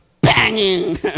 banging